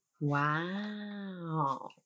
Wow